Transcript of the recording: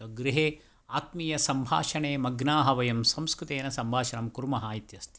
गृहे आत्मीयसम्भाषणे मग्नाः वयं संस्कृतेन सम्भाषणं कुर्मः इत्यस्ति